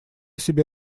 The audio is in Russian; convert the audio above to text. себе